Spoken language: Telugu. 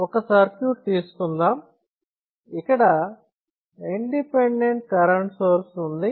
ఒక సర్క్యూట్ తీసుకుందాం ఇక్కడ ఇండిపెండెంట్ కరెంట్ సోర్స్ ఉంది